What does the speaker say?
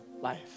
life